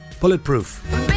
bulletproof